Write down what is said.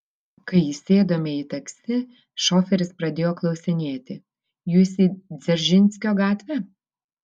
kai įsėdome į taksi šoferis pradėjo klausinėti jūs į dzeržinskio gatvę